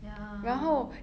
ya